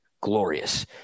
glorious